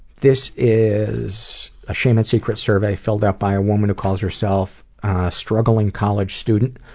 this is a shame and secrets survey filled out by a woman who calls herself struggling college student.